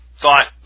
thought